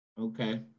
Okay